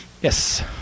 yes